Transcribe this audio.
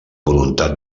voluntat